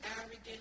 arrogant